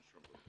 חשוב ביותר.